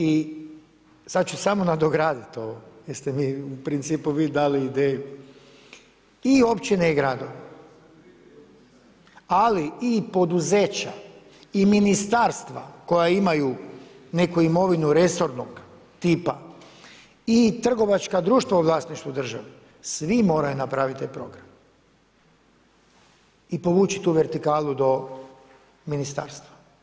I sada ću samo nadograditi ovo jel ste mi u principu vi dali ideju, i općine i radovi, ali i poduzeća i ministarstva koja imaju neku imovinu resornog tipa i trgovačka društva u vlasništvu države, svi moraju napraviti taj program i povući tu vertikalu do ministarstva.